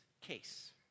case